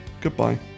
Goodbye